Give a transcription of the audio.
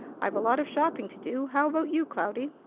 i've a lot of shopping to do. how about you, cloudy?